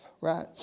Right